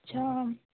अच्छा